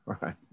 Right